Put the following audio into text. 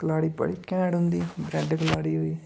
कलाड़ी बड़ी कैंट होंदी ब्रेड कलाड़ी होई